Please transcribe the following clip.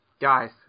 Guys